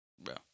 bro